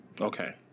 okay